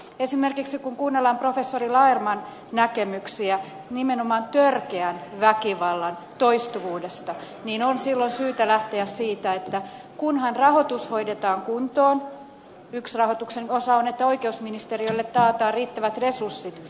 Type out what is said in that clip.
esimerkiksi kun kuunnellaan professori lauerman näkemyksiä nimenomaan törkeän väkivallan toistuvuudesta on silloin syytä lähteä siitä että rahoitus hoidetaan kuntoon yksi rahoituksen osa on että oikeusministeriölle taataan riittävät resurssit